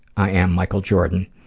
i am michael jordan.